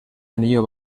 anillo